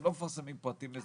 הם לא מפרסמים פרטים מזהים.